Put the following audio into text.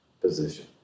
position